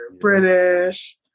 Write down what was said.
British